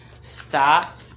Stop